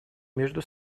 между